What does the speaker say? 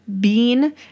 bean